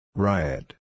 Riot